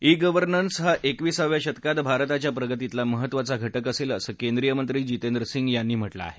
E governance हा एकविसाव्याशतकात भारताच्या प्रगतीतला महत्त्वाचा घटक असेल असं केंद्रीय मंत्री जितेंद्र सिंग यांनी म्हटलेआहे